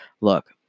Look